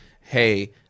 hey